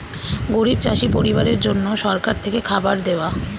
গরিব চাষি পরিবারের জন্য সরকার থেকে খাবার দেওয়া